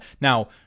Now